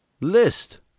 List